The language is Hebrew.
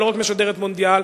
לא רק משדרת מונדיאל,